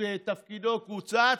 שתפקידו קוצץ,